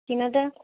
ਕਿਨ੍ਹਾਂ ਦਾ